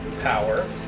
power